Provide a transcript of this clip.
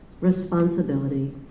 responsibility